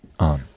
on